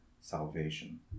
salvation